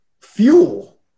fuel